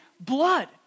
blood